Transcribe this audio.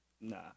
nah